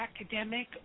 academic